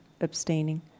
abstaining